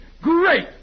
Great